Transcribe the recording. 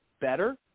better